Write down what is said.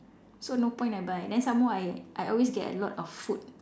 so no point I buy then some more I I always get a lot of food